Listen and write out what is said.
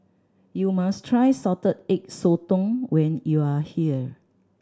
you must try Salted Egg Sotong when you are here